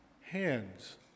hands